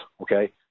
Okay